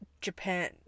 Japan